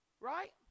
Right